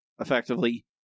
effectively